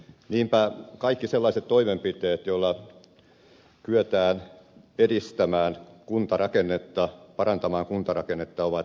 niinpä kaikki sellaiset toimenpiteet joilla kyetään parantamaan kuntarakennetta ovat perusteltuja ja tarpeen